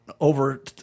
over